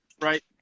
Right